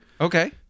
Okay